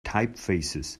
typefaces